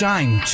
Time